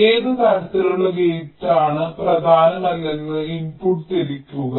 ഏത് തരത്തിലുള്ള ഗേറ്റാണ് പ്രധാനമല്ലെന്ന് ഇൻപുട്ട് തിരിക്കുക